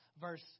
verse